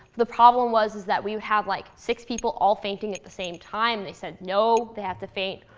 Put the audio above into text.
the problem was that we would have like six people all fainting at the same time. they said no, they have to faint at